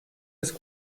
des